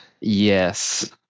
Yes